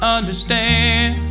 Understand